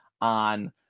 on